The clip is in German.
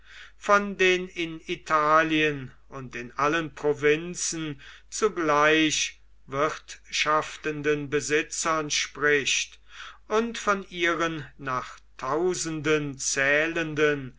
von den in italien und in allen provinzen zugleich wirtschaftenden besitzern spricht und von ihren nach tausenden zählenden